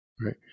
right